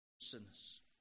sinners